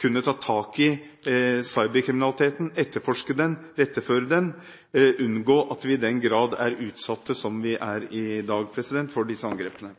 gjelder å ta tak i cyberkriminaliteten og etterforske den, iretteføre den og unngå at vi i den grad som i dag er utsatt for disse angrepene.